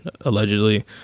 allegedly